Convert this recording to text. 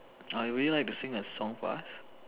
uh would you like to sing a song for us